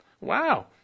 Wow